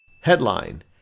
Headline